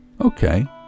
Okay